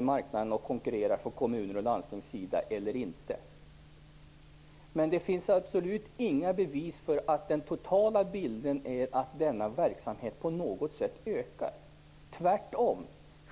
marknaden och konkurrerar eller inte. Men det finns absolut inga bevis för att den totala bilden är att denna verksamhet på något sätt ökar, tvärtom.